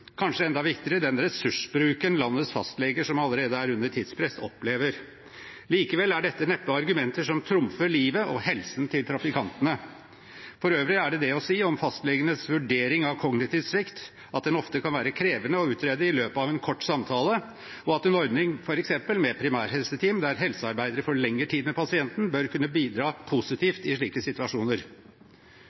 kanskje enda viktigere – den ressursbruken landets fastleger, som allerede er under tidspress, opplever. Likevel er dette neppe argumenter som trumfer livet og helsen til trafikantene. For øvrig er det det å si om fastlegenes vurdering av kognitiv svikt at den ofte kan være krevende å utrede i løpet av en kort samtale, og at en ordning med f.eks. primærhelseteam, der helsearbeidere får lengre tid med pasienten, bør kunne bidra positivt i slike situasjoner.